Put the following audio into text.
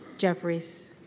Jeffries